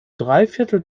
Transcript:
dreiviertel